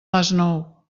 masnou